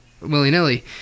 willy-nilly